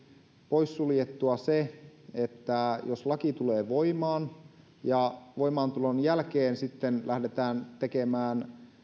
poissuljettua se että jos laki tulee voimaan niin voimaantulon jälkeen lähdetään tekemään